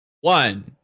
One